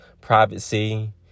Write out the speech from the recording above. privacy